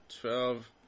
twelve